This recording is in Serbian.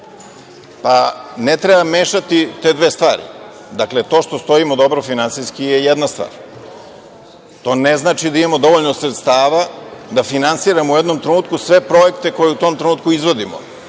ne treba mešati te dve stvari. To što stojimo dobro finansijski je jedna stvar. To ne znači da imamo dovoljno sredstava da finansiramo u jednom trenutku sve projekte koje u tom trenutku izvodimo.